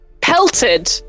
pelted